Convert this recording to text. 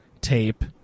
tape